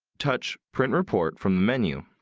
touch print report from menu.